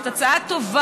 זאת הצעה טובה.